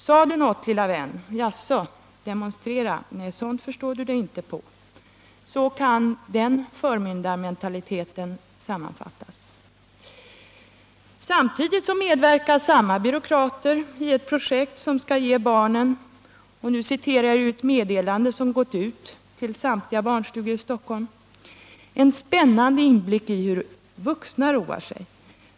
”Sade du något, lilla vän? Jaså, demonstrera — nej, sådant förstår du dig inte på! Så kan den förmyndarmentaliteten sammanfattas. Samtidigt medverkar samma byråkrater i ett projekt som skall ge barn — det här står i ett meddelande som gått till samtliga barnstugor i Stockholm — ”en spännande inblick i hur vuxna roar sig.